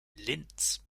linz